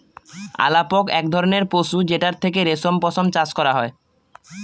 আলাপক এক ধরনের পশু যেটার থেকে রেশম পশম চাষ করা হয়